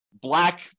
black